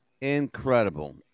Incredible